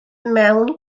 mewn